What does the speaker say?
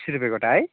तिस रुपियाँ गोटा है